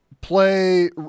play